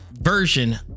version